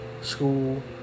school